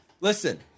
Listen